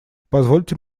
позвольте